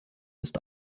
ist